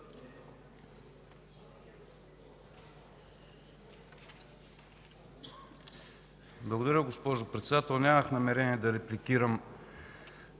Благодаря, госпожо Председател. Нямах намерение да репликирам